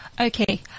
Okay